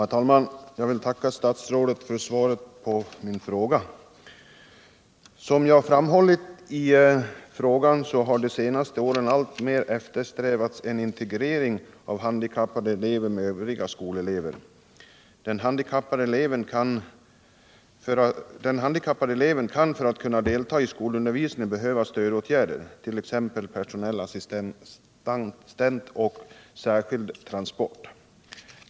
Herr talman! Jag vill tacka statsrådet för svaret på min fråga. Som jag framhållit i frågan, har under de senaste åren alltmer eftersträvats en integrering av handikappade elever med övriga skolelever. Den handi kappade eleven kan för att ha möjlighet att delta i skolundervisningen behöva stödåtgärder, t.ex. personell assistans och särskild transport.